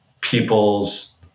people's